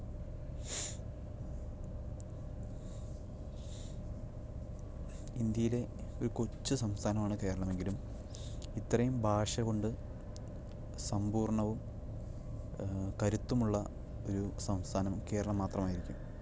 ഇന്ത്യയിലെ ഒരു കൊച്ചു സംസ്ഥാനമാണ് കേരളമെങ്കിലും ഇത്രയും ഭാഷകൊണ്ട് സമ്പൂർണ്ണവും കരുത്തുമുള്ള ഒരു സംസ്ഥാനം കേരളം മാത്രമായിരിക്കും